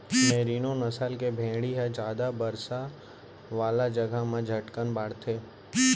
मेरिनों नसल के भेड़ी ह जादा बरसा वाला जघा म झटकन बाढ़थे